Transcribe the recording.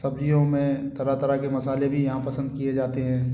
सब्ज़ियाें में तरह तरह के मसाले भी यहाँ पसंद किए जाते हैं